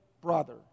brother